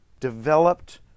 developed